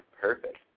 perfect